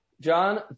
John